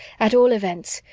at all events,